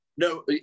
No